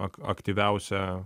ak aktyviausią